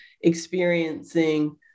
experiencing